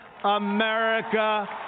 America